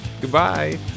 Goodbye